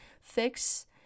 fix